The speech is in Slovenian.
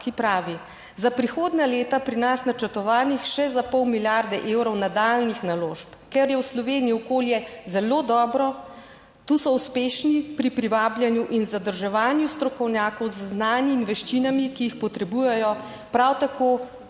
ki pravi: za prihodnja leta pri nas načrtovanih še za pol milijarde evrov nadaljnjih naložb, ker je v Sloveniji okolje zelo dobro, tu so uspešni pri privabljanju in zadrževanju strokovnjakov z znanji in veščinami, ki jih potrebujejo, prav tako